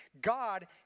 God